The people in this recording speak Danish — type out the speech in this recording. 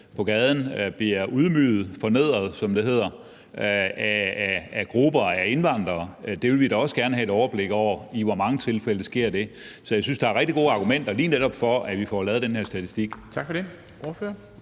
på gaden, bliver ydmyget – fornedret, som det hedder – af grupper af indvandrere; det vil vi da også gerne have et overblik over, altså med hensyn til hvor mange tilfælde der er af det. Så jeg synes, der er rigtig gode argumenter lige netop for, at vi får lavet den her statistik.